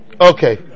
Okay